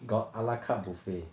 got a la carte buffet